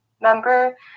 member